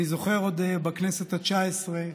אני זוכר שעוד בכנסת התשע-עשרה